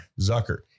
Zucker